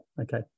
Okay